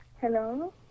Hello